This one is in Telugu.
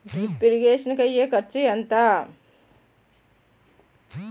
డ్రిప్ ఇరిగేషన్ కూ అయ్యే ఖర్చు ఎంత?